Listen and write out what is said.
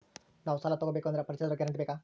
ನಾವು ಸಾಲ ತೋಗಬೇಕು ಅಂದರೆ ಪರಿಚಯದವರ ಗ್ಯಾರಂಟಿ ಬೇಕಾ?